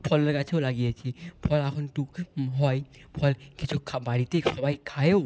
ফল গাছও লাগিয়েছি ফল এখন হয় ফল কিছু বাড়িতে সবাই খায়ও